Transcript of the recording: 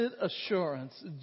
assurance